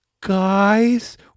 guys